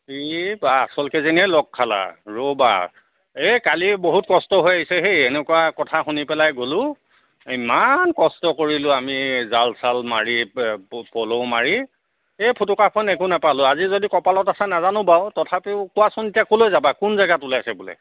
এই বা আচল কেইজনীয়ে লগ খালা ৰ'বা এই কালি বহুত কষ্ট হৈ আহিছে হেই এনেকুৱা কথা শুনি পেলাই গ'লোঁ ইমান কষ্ট কৰিলোঁ আমি জাল চাল মাৰি প'ল' মাৰি এই ফুটুকাৰ ফেন একো নাপালোঁ আজি যদি কপালত আছে নাজানো বাৰু তথাপিও কোৱাচোন এতিয়া ক'লৈ যাবা কোন জেগাত ওলাইছে বোলে